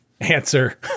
Answer